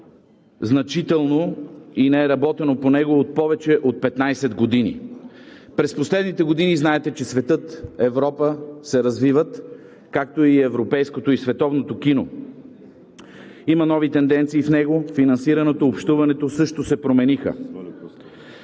значително и не е работено по него повече от 15 години. През последните години знаете, че светът, Европа се развиват, както и европейското и световното кино. Има нови тенденции в него, финансирането, общуването също се промениха.